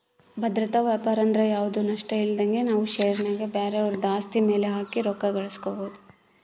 ಭದ್ರತಾ ವ್ಯಾಪಾರಂದ್ರ ಯಾವ್ದು ನಷ್ಟಇಲ್ದಂಗ ನಾವು ಷೇರಿನ್ಯಾಗ ಬ್ಯಾರೆವುದ್ರ ಆಸ್ತಿ ಮ್ಯೆಲೆ ಹಾಕಿ ರೊಕ್ಕ ಗಳಿಸ್ಕಬೊದು